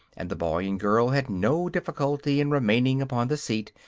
and the boy and girl had no difficulty in remaining upon the seat,